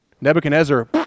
Nebuchadnezzar